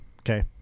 Okay